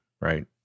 right